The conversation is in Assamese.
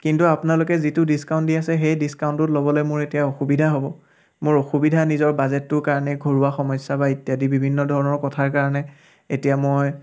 কিন্তু আপোনালোকে যিটো ডিছকাউণ্ট দি আছে সেই ডিছকাউণ্টটোত ল'বলৈ মোৰ এতিয়া অসুবিধা হ'ব মোৰ অসুবিধা নিজৰ বাজেটটোৰ কাৰণে ঘৰুৱা সমস্যা বা ইত্যাদি বিভিন্ন ধৰণৰ কথাৰ কাৰণে এতিয়া মই